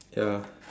ya